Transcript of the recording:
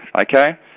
Okay